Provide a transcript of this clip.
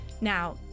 Now